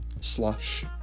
slash